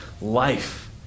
life